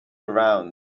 around